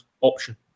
option